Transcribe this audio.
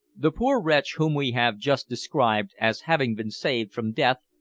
the poor wretch whom we have just described as having been saved from death,